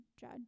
judge